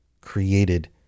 created